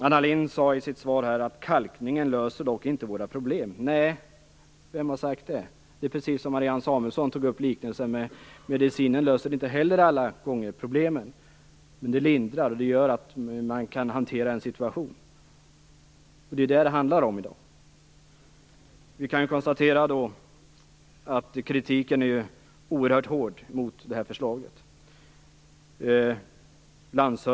Anna Lindh sade i sitt svar att kalkningen dock inte löser våra problem. Nej, vem har sagt det? Marianne Samuelsson tog upp liknelsen med att medicinen inte heller löser problemen alla gånger, men den lindrar. Den gör att man kan hantera en situation. Det är ju detta det handlar om i dag. Vi kan ju konstatera att kritiken är oerhört hård mot det här förslaget.